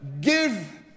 give